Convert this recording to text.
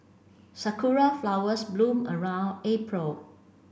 sakura flowers bloom around April